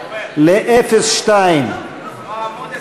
עמוד 20,